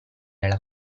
alla